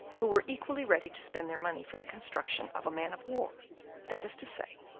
who were equally ready to spend their money for the construction of a man-of-war that is to say,